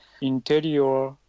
interior